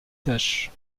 tâches